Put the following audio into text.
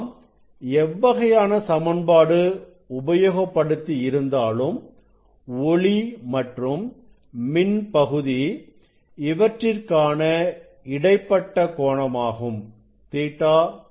நாம் எவ்வகையான சமன்பாடு உபயோகப்படுத்தி இருந்தாலும் ஒளி மற்றும் மின் பகுதி இவற்றிற்கான இடைப்பட்ட கோணமாகும் Ɵ0